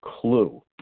clue